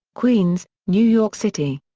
queens, new york city.